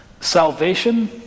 salvation